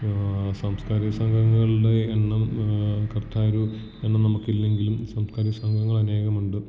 സാംസ്കാരിക സംഘങ്ങളുടെ എണ്ണം കറക്ട് ആയൊരു എണ്ണം നമുക്ക് ഇല്ലെങ്കിലും സാംസ്കാരിക സംഘങ്ങൾ അനേകമുണ്ട്